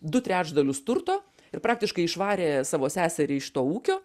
du trečdalius turto ir praktiškai išvarė savo seserį iš to ūkio